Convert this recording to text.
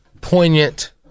poignant